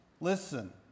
Listen